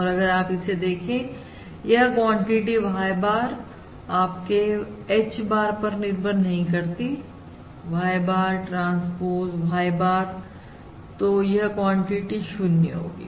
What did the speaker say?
और अगर अब आप इसे देखें यह क्वांटिटी Y bar आपके H bar पर निर्भर नहीं करती Y bar transpose Y bar तो यह क्वांटिटी 0 होगी